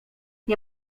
nie